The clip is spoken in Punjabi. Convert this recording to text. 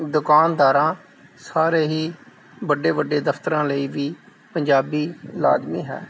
ਦੁਕਾਨਦਾਰਾਂ ਸਾਰੇ ਹੀ ਵੱਡੇ ਵੱਡੇ ਦਫਤਰਾਂ ਲਈ ਵੀ ਪੰਜਾਬੀ ਲਾਜ਼ਮੀ ਹੈ